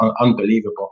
unbelievable